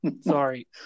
Sorry